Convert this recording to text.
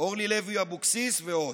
אורלי לוי אבקסיס ועוד.